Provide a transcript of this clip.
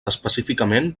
específicament